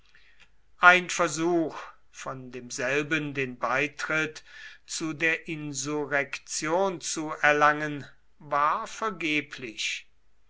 ein versuch von demselben den beitritt zu der insurrektion zu erlangen war vergeblich